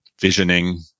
visioning